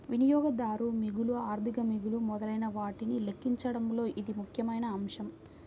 వినియోగదారు మిగులు, ఆర్థిక మిగులు మొదలైనవాటిని లెక్కించడంలో ఇది ముఖ్యమైన అంశం